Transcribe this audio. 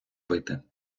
пити